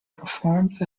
performed